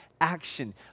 Action